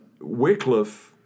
Wycliffe